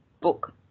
book